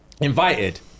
Invited